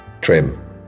trim